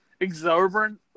exorbitant